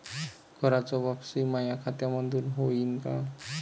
कराच वापसी माया खात्यामंधून होईन का?